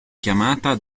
chiamata